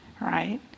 right